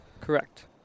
correct